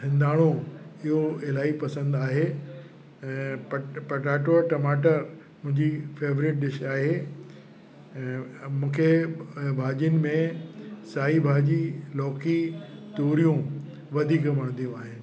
हिंदाड़ो इहो इलाही पसंदि आहे ऐं पट पटाटो टमाटर मुंहिंजी फेवरेट डिश आहे ऐं ऐं मूंखे ऐं भाॼियुनि में साई भाॼी लौकी तुरियूं वधीक वणदियूं आहिनि